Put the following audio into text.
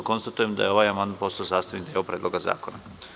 Konstatujem da je ovaj amandman postao sastavni deo Predloga zakona.